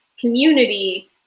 community